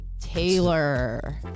Taylor